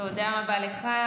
תודה רבה לך.